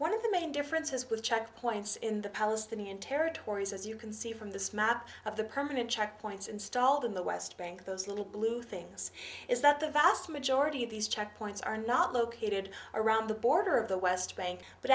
one of the main differences with checkpoints in the palestinian territories as you can see from this map of the permanent checkpoints installed in the west bank those little blue things is that the vast majority of these checkpoints are not located around the border of the west bank but